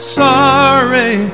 sorry